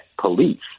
police